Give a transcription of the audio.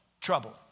trouble